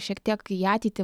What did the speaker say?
šiek tiek į ateitį